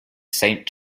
saint